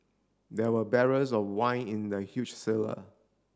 there were barrels of wine in the huge cellar